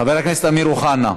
חבר הכנסת אמיר אוחנה,